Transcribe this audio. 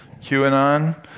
QAnon